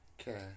Okay